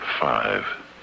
Five